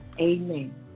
Amen